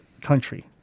country